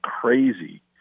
crazy